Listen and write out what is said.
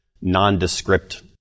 nondescript